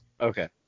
Okay